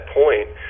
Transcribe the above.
point